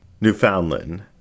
Newfoundland